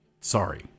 Sorry